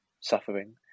suffering